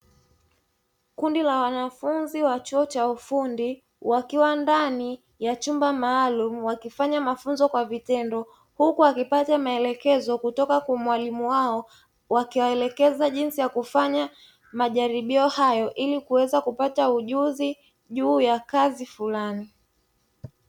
Kundi la wanafunzi wa chuo cha ufundi wakiwa ndani ya chumba maalumu wakifanya mafunzo kwa vitendo, huku wakipata maelekezo kutoka kwa mwalimu wao wakiwaelekeza jinsi ya kufanya majaribio hayo ili kuweza kupata ujuzi juu ya kazi fulani.